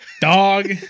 dog